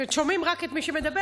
שומעים רק את מי שמדבר,